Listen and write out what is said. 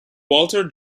walter